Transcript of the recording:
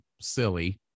silly